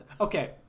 Okay